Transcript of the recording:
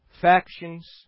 factions